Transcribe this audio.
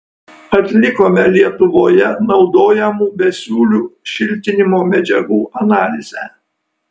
atlikome lietuvoje naudojamų besiūlių šiltinimo medžiagų analizę